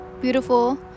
beautiful